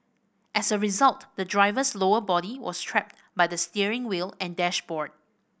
as a result the driver's lower body was trapped by the steering wheel and dashboard